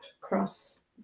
cross